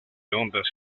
ondas